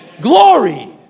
glory